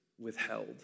withheld